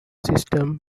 system